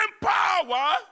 power